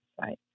right